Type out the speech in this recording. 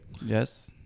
Yes